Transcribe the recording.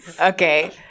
Okay